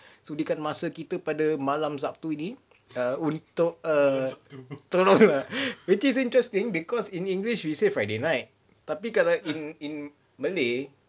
sudikan masa kita pada malam sabtu ni untuk err tolong ah which is interesting because in english we say friday night tapi kalau like in in malay